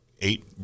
eight